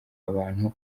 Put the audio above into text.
abantu